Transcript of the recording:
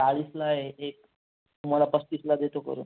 चाळीसला आहे एक तुम्हाला पस्तीसला देतो करून